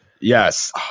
Yes